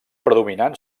predominant